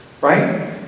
right